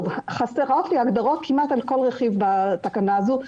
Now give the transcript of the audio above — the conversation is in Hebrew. חסרות הגדרות כמעט על כל רכיב בתקנה הזאת.